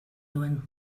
duen